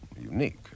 unique